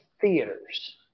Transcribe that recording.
theaters